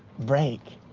break.